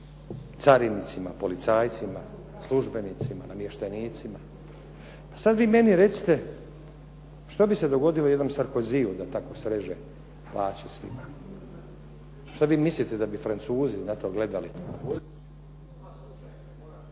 carinicima, policajcima, službenicima, namještenicima. Sad vi meni recite, što bi se dogodilo jednom Sarkozyju da tako sreže plaće svima? Što vi mislite da bi Francuzi na to gledali